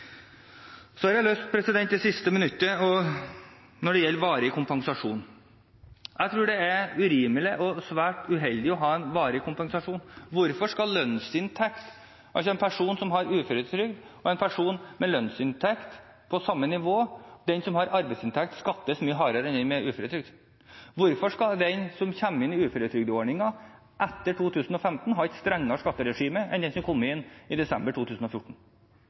har lyst til å bruke det siste minuttet på varig kompensasjon. Jeg tror det er urimelig og svært uheldig å ha en varig kompensasjon. Når en person har uføretrygd og en person har lønnsinntekt på samme nivå, hvorfor skal den som har arbeidsinntekt, skattes mye hardere enn den med uføretrygd? Hvorfor skal den som kommer inn under uføretrygdordningen etter 2015, ha et strengere skatteregime enn den som kom inn i desember 2014,